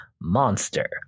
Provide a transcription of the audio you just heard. monster